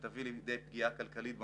ותביא לידי פגיעה כלכלית במדינה.